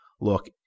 look